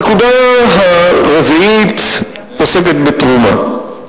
הנקודה הרביעית עוסקת בתרומה.